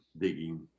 digging